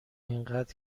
اینقد